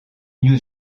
new